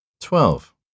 Twelve